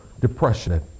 depression